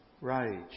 rage